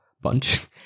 bunch